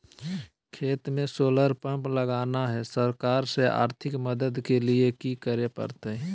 खेत में solar pump लगाना है, सरकार से आर्थिक मदद के लिए की करे परतय?